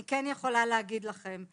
אני כן יכולה להגיד לכם,